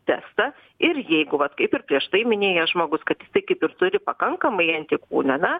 testą ir jeigu vat kaip ir prieš tai minėjo žmogus kad jisai kaip ir turi pakankamai antikūnių ane